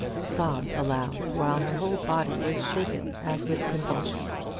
sobbed aloud, while her whole body was shaken as with convulsions.